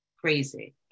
crazy